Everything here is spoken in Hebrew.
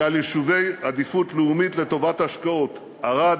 כעל יישובי עדיפות לאומית לטובת השקעות: ערד,